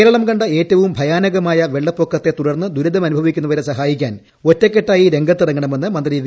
കേരളം കണ്ട ഏറ്റവും ഭയാനകമായ വെള്ളപ്പൊക്കത്തെ തുടർന്ന് ദുരിതമനുഭവിക്കുന്നവരെ സഹായിക്കാൻ ഒറ്റക്കെട്ടായി രംഗത്തിറങ്ങണമെന്ന് മന്ത്രി വി